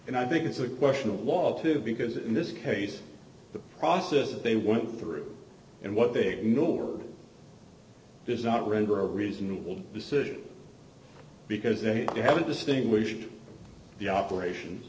and i think it's a question a lot to do because in this case the process that they want through and what they ignored does not render a reasonable decision because they haven't distinguished the operation